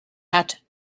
had